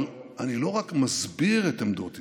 אבל אני לא רק מסביר את עמדות ישראל,